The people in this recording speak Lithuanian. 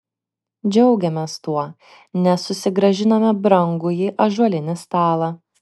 džiaugėmės tuo nes susigrąžinome brangųjį ąžuolinį stalą